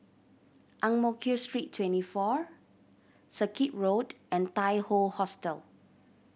Ang Mo Kio Street Twenty four Circuit Road and Tai Hoe Hostel